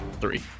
Three